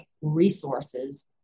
resources